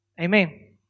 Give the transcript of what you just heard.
Amen